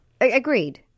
Agreed